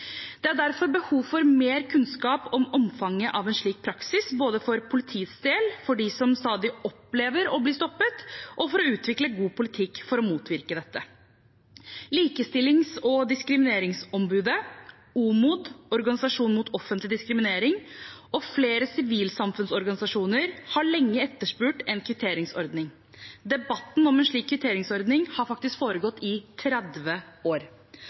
Det er derfor behov for mer kunnskap om omfanget av en slik praksis, både for politiets del, for dem som stadig opplever å bli stoppet, og for å utvikle god politikk for å motvirke dette. Likestillings- og diskrimineringsombudet, OMOD, Organisasjonen mot offentlig diskriminering, og flere sivilsamfunnsorganisasjoner har lenge etterspurt en kvitteringsordning. Debatten om en slik kvitteringsordning har faktisk foregått i 30 år.